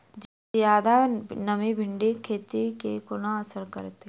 जियादा नमी भिंडीक खेती केँ कोना असर करतै?